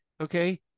Okay